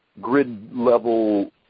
grid-level